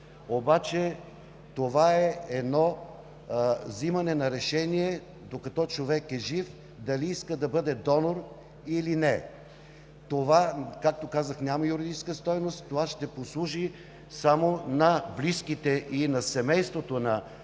обаче това е вземане на решение, докато човек е жив – дали иска да бъде донор, или не. Това, както казах, няма юридическа стойност, но ще послужи само на близките, на семейството на човека,